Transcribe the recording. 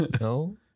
No